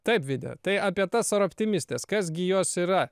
taip vida tai apie tas sor optimistes kas gi jos yra